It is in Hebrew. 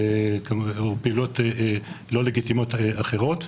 או פעילויות לא לגיטימיות אחרות.